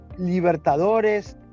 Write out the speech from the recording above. Libertadores